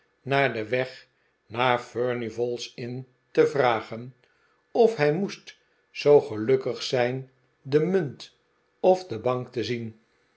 naar den weg naar furnival's inn te vragen of hij moest zoo gelukkig zijn de munt of de bank te zien